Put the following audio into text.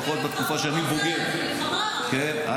לפחות בתקופה שאני -- מלחמת חרבות ברזל,